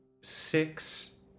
six